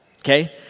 okay